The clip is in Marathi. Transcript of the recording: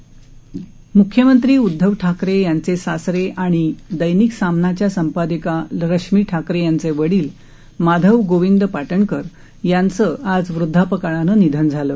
म्ख्यमंत्री उद्धव ठाकरे यांचे सासरे आणि दैनिक सामनाच्या संपादिका रश्मी ठाकरे यांचे वडील माधव गोविंद पाटणकर यांचं आज वृद्धपकाळानं निधन झालं